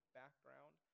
background